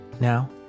Now